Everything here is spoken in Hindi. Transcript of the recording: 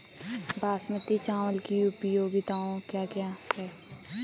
बासमती चावल की उपयोगिताओं क्या क्या हैं?